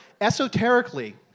esoterically